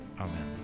Amen